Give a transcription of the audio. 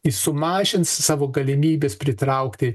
jis sumažins savo galimybes pritraukti